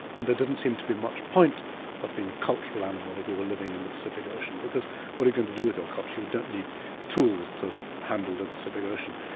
and there didn't seem to be much point of being a cultural animal if you were living in the pacific ocean because what are you going to do with your culture? you don't need tools to handle the pacific ocean.